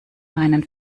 meinen